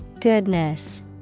Goodness